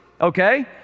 Okay